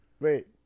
Wait